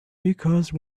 because